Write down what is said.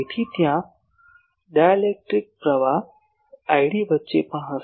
તેથી ત્યાં ડાઇલેક્ટ્રિક પ્રવાહ id વચ્ચે પણ હશે